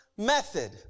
Method